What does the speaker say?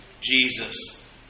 Jesus